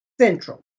Central